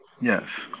Yes